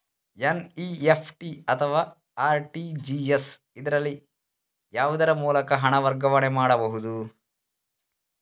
NEFT ಅಥವಾ RTGS, ಇದರಲ್ಲಿ ಯಾವುದರ ಮೂಲಕ ಹಣ ವರ್ಗಾವಣೆ ಮಾಡಬಹುದು?